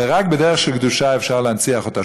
ורק בדרך של קדושה אפשר להנציח אותו,